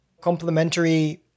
complementary